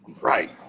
Right